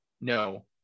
no